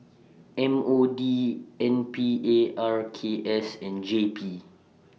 M O D N P A R K S and J P